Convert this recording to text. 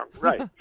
Right